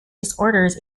disorders